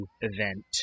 event